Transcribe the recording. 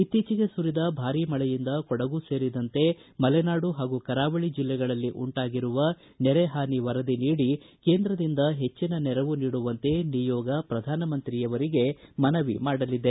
ಇತ್ತೀಚೆಗೆ ಸುರಿದ ಭಾರೀ ಮಳೆಯಿಂದ ಕೊಡಗು ಸೇರಿದಂತೆ ಮಲೆನಾಡು ಹಾಗೂ ಕರಾವಳಿ ಜಿಲ್ಲೆಗಳಲ್ಲಿ ಉಂಟಾಗಿರುವ ನೆರೆಹಾನಿ ವರದಿ ನೀಡಿ ಕೇಂದ್ರದಿಂದ ಹೆಚ್ಚಿನ ನೆರವು ನೀಡುವಂತೆ ನಿಯೋಗ ಪ್ರಧಾನಮಂತ್ರಿ ಅವರಿಗೆ ಮನವಿ ಮಾಡಲಿದೆ